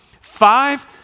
Five